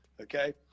Okay